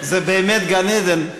זה באמת גן-עדן.